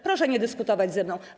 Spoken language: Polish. Proszę nie dyskutować ze mną.